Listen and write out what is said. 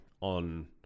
on